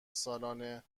سالانه